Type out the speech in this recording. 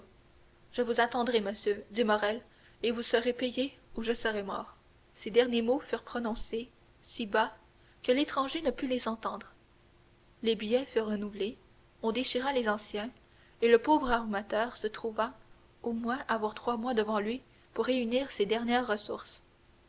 je vous attendrai monsieur dit morrel et vous serez payé ou je serai mort ces derniers mots furent prononcés si bas que l'étranger ne put les entendre les billets furent renouvelés on déchira les anciens et le pauvre armateur se trouva au moins avoir trois mois devant lui pour réunir ses dernières ressources